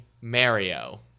mario